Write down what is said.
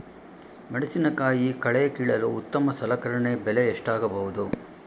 ಮೆಣಸಿನಕಾಯಿ ಕಳೆ ಕೀಳಲು ಉತ್ತಮ ಸಲಕರಣೆ ಬೆಲೆ ಎಷ್ಟಾಗಬಹುದು?